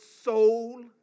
soul